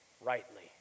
rightly